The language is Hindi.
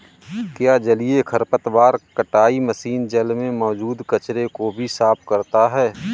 क्या जलीय खरपतवार कटाई मशीन जल में मौजूद कचरे को भी साफ करता है?